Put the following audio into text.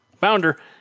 founder